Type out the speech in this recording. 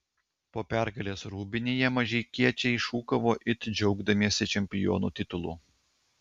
po pergalės rūbinėje mažeikiečiai šūkavo it džiaugdamiesi čempionų titulu